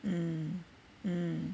mm mm